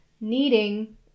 Kneading